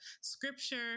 scripture